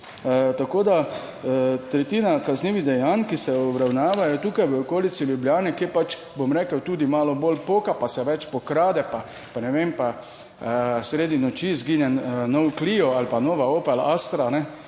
Tako da tretjina kaznivih dejanj, ki se obravnavajo tukaj v okolici Ljubljane, ki je pač, bom rekel, tudi malo bolj poka pa se več pokrade, pa, pa ne vem, pa sredi noči izgine nov clio ali pa nova Opel astra.